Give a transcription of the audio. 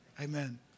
Amen